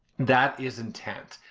that is intent.